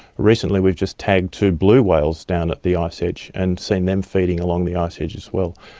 recently we've just tagged two blue whales down at the ice edge and seen them feeding along the ice edge as well.